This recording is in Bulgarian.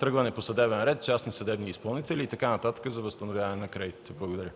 тръгване по съдебен ред, частни съдебни изпълнители и така нататък за възстановяване на кредитите. Благодаря.